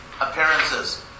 appearances